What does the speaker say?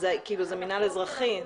זה המינהל האזרחי.